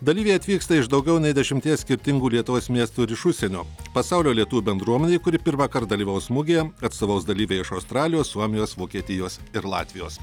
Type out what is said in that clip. dalyviai atvyksta iš daugiau nei dešimties skirtingų lietuvos miestų ir iš užsienio pasaulio lietuvių bendruomenei kuri pirmąkart dalyvaus mugėje atstovaus dalyviai iš australijos suomijos vokietijos ir latvijos